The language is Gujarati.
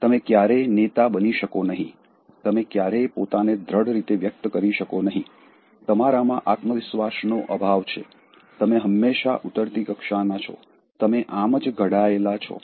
તમે ક્યારેય નેતા બની શકો નહીં તમે ક્યારેય પોતાને દ્દઢ રીતે વ્યકત કરી શકો નહીં તમારામાં આત્મવિશ્વાસ નો અભાવ છે તમે હંમેશાં ઊતરતી કક્ષાના છો તમે આમ જ ઘડાયેલા છો